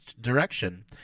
direction